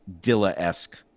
Dilla-esque